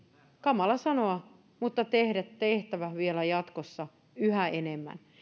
kamala sanoa tehtävä vielä jatkossa yhä enemmän